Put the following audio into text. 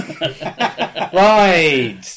Right